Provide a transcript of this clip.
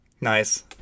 Nice